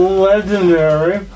legendary